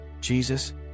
Jesus